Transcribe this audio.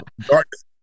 Darkness